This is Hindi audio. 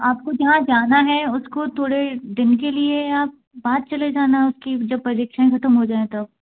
आपको जहाँ जाना है उसको थोड़े दिन के लिए आप बाद चले जाना कि जब परीक्षाएं ख़त्म हो जाएं तब